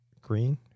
Green